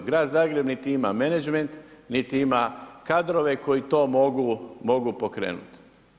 Grad Zagreb niti ima menadžment, niti ima kadrove koji to mogu pokrenuti.